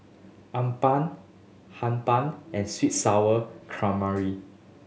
appam Hee Pan and sweet and Sour Calamari